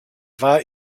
war